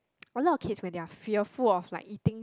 a lot of kids when they are fear of full like eating